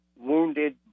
wounded